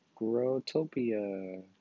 Grotopia